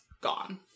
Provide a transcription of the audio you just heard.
gone